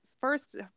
first